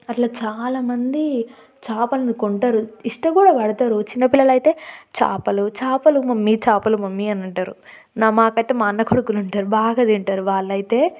అట్ల చాలా మంది చేపలను కొంటారు ఇష్ట కూడ పడతారు చిన్న పిల్లలు అయితే చేపలు చేపలు మమ్మీ చేపలు మమ్మీ అని అంటారు నా మాకైతే మా అన్న కొడుకులు ఉంటారు బాగ తింటారు వాళ్ళైతే